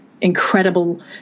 incredible